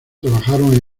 trabajaron